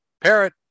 Parrot